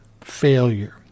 failure